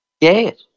Yes